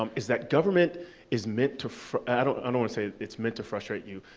um is that government is meant to fru, i don't and wanna say it's meant to frustrate you.